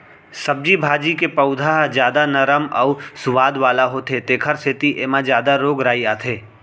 सब्जी भाजी के पउधा ह जादा नरम अउ सुवाद वाला होथे तेखर सेती एमा जादा रोग राई आथे